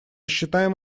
считаем